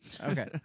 Okay